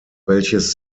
welches